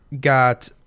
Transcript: got